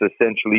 essentially